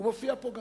הוא מופיע גם פה.